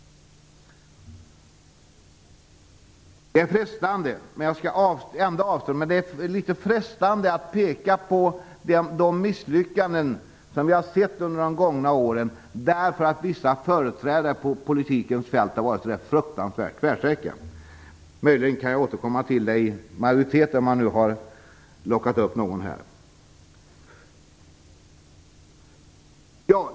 Jag skall avstå, men det är litet frestande att peka på de misslyckanden som vi har sett under de gångna åren därför att vissa företrädare på politikens fält har varit så där fruktansvärt tvärsäkra. Möjligen kan jag återkomma till det i en replik, om jag har lockat upp någon med detta.